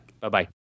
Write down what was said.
Bye-bye